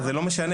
זה לא משנה.